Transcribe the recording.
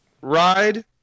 ride